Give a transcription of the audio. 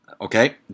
okay